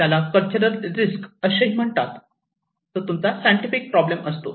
त्याला cultural risk म्हणतात तो तुमचा सायंटिफिक प्रॉब्लेम असतो